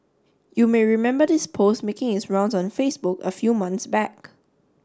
you may remember this post making its rounds on Facebook a few month back